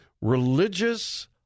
religious